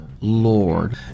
Lord